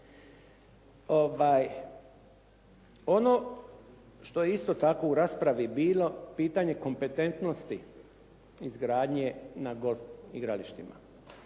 Ono što je isto tako u raspravi bilo, pitanje kompetentnosti izgradnje na golf igralištima.